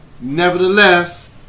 Nevertheless